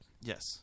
Yes